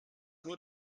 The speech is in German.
nur